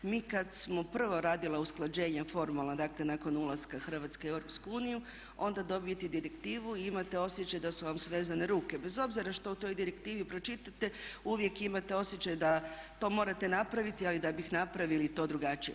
Mi kad smo prvo radili usklađenja formalna, dakle nakon ulaska Hrvatske u EU onda dobijete direktivu i imate osjećaj da su vam svezane ruke bez obzira što u toj direktivi pročitate, uvijek imate osjećaj da to morate napravit ali da bi napravili to drugačije.